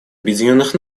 объединенных